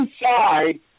inside